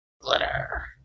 Glitter